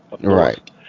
Right